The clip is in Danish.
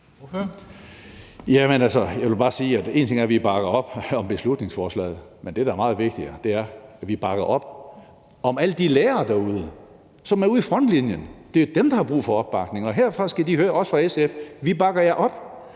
jeg vil bare sige, at en ting, der er vigtig, er, at vi bakker op om beslutningsforslaget, men det, der er meget vigtigere, er, at vi bakker op om alle de lærere derude, som er med ude i frontlinjen. Det er jo dem, der har brug for opbakning, og herfra skal de også fra SF høre: Vi bakker jer op.